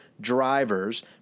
drivers